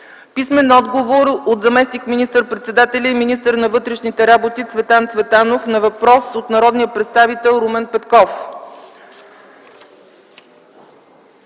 Писмен отговор от заместник министър-председателя и министър на вътрешните работи Цветан Цветанов на въпрос от народния представител Румен Петков.